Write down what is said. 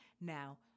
Now